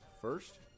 first